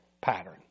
pattern